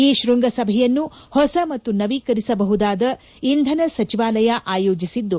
ಈ ತೃಂಗಸಭೆಯನ್ನು ಹೊಸ ಮತ್ತು ನವೀಕರಿಸಬಹುದಾದ ಇಂಧನ ಸಚಿವಾಲಯ ಆಯೋಜಿಸಿದ್ದು